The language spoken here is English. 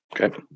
Okay